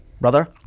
brother